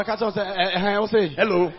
Hello